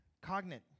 cognate